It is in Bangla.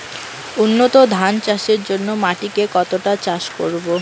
উন্নত ধান চাষের জন্য মাটিকে কতটা চাষ করব?